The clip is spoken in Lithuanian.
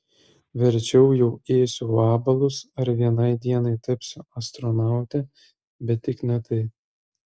verčiau jau ėsiu vabalus ar vienai dienai tapsiu astronaute bet tik ne tai